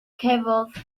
cafodd